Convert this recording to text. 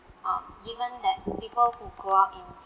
um given that people who grow up in